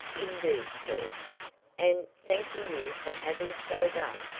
indeed, sir and, thanking you for having so done,